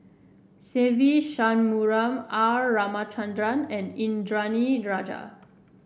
Se Ve Shanmugam R Ramachandran and Indranee Rajah